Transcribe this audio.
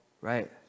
Right